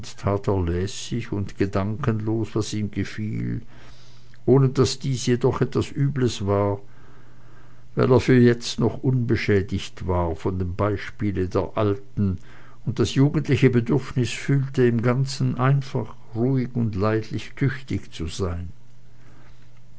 und gedankenlos was ihm gefiel ohne daß dies jedoch etwas übles war weil er für jetzt noch unbeschädigt war von dem beispiele der alten und das jugendliche bedürfnis fühlte im ganzen einfach ruhig und leidlich tüchtig zu sein